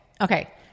Okay